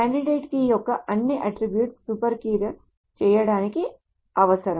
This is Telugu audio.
కాండిడేట్ కీ యొక్క అన్ని అట్ట్రిబ్యూట్స్ సూపర్ కీ గా చేయడానికి అవసరం